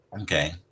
Okay